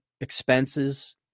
expenses